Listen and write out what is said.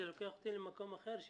זה לוקח אותי למקום אחר,